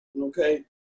Okay